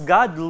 God